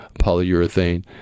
polyurethane